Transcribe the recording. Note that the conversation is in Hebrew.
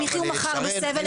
הם יחיו מחר בסבל,